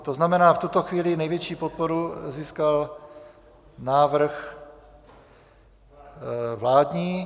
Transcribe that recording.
To znamená, v tuto chvíli největší podporu získal návrh vládní.